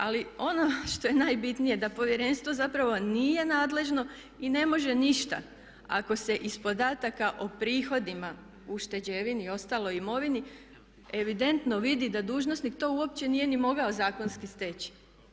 Ali ono što je najbitnije da povjerenstvo zapravo nije nadležno i ne može ništa ako se iz podataka o prihodima, ušteđevini i ostaloj imovini evidentno vidi da dužnosnik to uopće nije ni mogao zakonski steći.